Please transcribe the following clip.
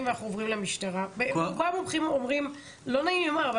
אם הסיפור נכנס, בסדר.